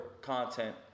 content